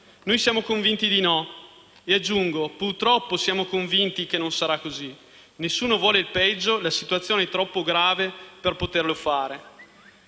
Siamo convinti di no e aggiungo, purtroppo, che siamo convinti che non sarà così. Nessuno vuole il peggio: la situazione è troppo grave per poterlo fare.